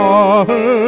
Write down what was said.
Father